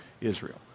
Israel